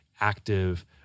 active